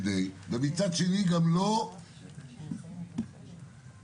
מיוחדות למעט אחת שציינו אותה ולמעט הדברים להתרשמותי בשלב זה לפחות,